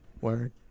Word